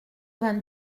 vingt